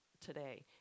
today